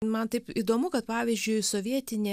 man taip įdomu kad pavyzdžiui sovietinė